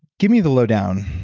give me the lowdown.